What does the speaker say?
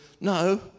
no